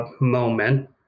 moment